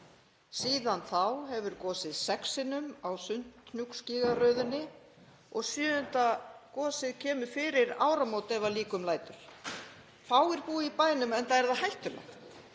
Síðan þá hefur gosið sex sinnum á Sundhnúksgígaröðinni og sjöunda gosið kemur fyrir áramót ef að líkum lætur. Fáir búa í bænum, enda er það hættulegt.